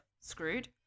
screwed